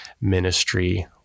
ministry